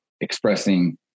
expressing